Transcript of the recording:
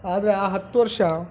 ಆದರೆ ಆ ಹತ್ತು ವರ್ಷ